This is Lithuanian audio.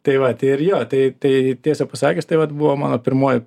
tai vat ir jo tai tai tai tiesą pasakius tai vat buvo mano pirmoji